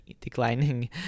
declining